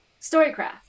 storycraft